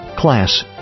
Class